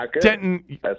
Denton